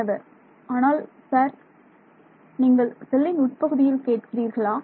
மாணவர் ஆனால் சார் நீங்கள் செல்லின் உட்பகுதியில் கேட்கிறீர்களா